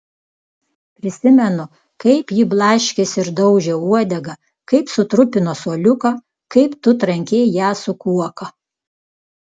prisimenu kaip ji blaškėsi ir daužė uodegą kaip sutrupino suoliuką kaip tu trankei ją su kuoka